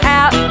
out